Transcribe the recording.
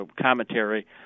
commentary